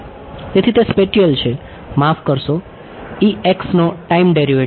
તેથી તે સ્પેટિયલ છે માફ કરશો નો ટાઈમ ડેરિવેટિવ